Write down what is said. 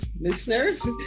listeners